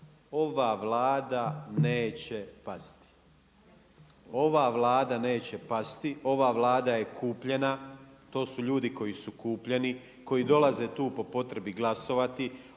Ova Vlada neće pasti. Ova Vlada neće pasti, ova Vlada je kupljena. To su ljudi koji su kupljeni, koji dolaze tu po potrebi glasovati.